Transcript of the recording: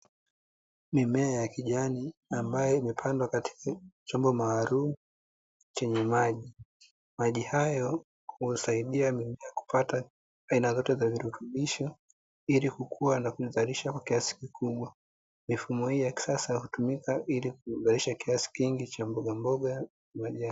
Mimea ya kijani ambayo imepandwa katika chombo maalumu chenye maji, maji hayo husaidia mimea kupata aina zote za virutubisho ili kukua na kuzalisha kwa kiasi kikubwa. Mifumo hii ya kisasa hutumika ili kuzalisha kiasi kingi cha mbogamboga.